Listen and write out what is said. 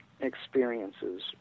experiences